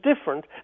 different